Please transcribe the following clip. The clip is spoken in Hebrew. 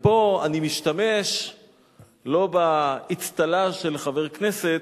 ופה אני לא משתמש באצטלה של חבר כנסת,